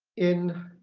in